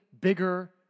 bigger